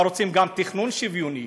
אבל רוצים גם תכנון שוויוני.